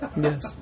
yes